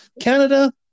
Canada